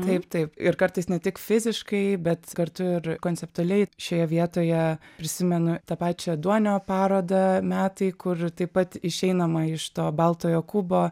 taip taip ir kartais ne tik fiziškai bet kartu ir konceptualiai šioje vietoje prisimenu tą pačia duonio parodą metai kur taip pat išeinama iš to baltojo kubo